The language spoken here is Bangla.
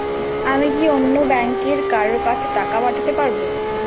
আমি কি অন্য ব্যাংকের কারো কাছে টাকা পাঠাতে পারেব?